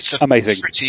amazing